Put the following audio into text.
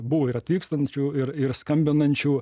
buvo ir atvykstančių ir ir skambinančių